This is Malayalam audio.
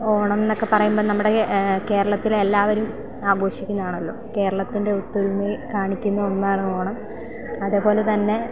ഓണം എന്നൊക്കെ പറയുമ്പോൾ നമ്മുടെ കേരളത്തിൽ എല്ലാവരും ആഘോഷിക്കുന്ന ഒന്നാണല്ലോ കേരളത്തിൻ്റെ ഒത്തൊരുമയിൽ കാണിക്കുന്ന ഒന്നാണ് ഓണം അതേപോലെ തന്നെ